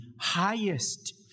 highest